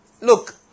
Look